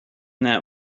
that